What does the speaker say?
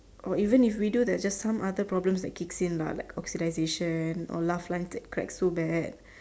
or even if we do there is just some other problems that kicks in lah like oxidization or laugh lung that crack so bad